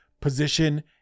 position